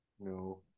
No